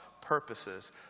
purposes